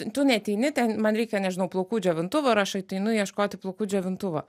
tu neateini ten man reikia nežinau plaukų džiovintuvo ir aš ateinu ieškoti plaukų džiovintuvo